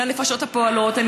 לנפשות הפועלות.